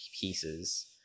pieces